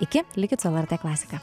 iki likit su lrt klasika